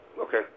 Okay